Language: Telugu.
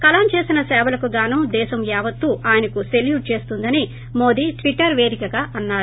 కలాం చేసిన సేవలకు గాను దేశం యావత్తు ఆయనకు సెల్యూట్ చేస్తుందని మోదీ ట్విట్టర్ పేదిక గా అన్నారు